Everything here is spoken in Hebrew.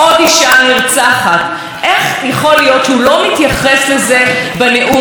הוא יודע שיש תוכנית שהייתה אמורה להתבצע,